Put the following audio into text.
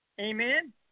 Amen